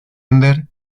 ender